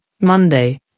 Monday